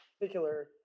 particular